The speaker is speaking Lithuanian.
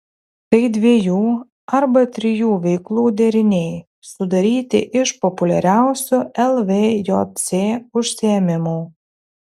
tai dviejų arba trijų veiklų deriniai sudaryti iš populiariausių lvjc užsiėmimų